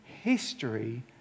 history